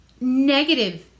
negative